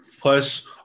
Plus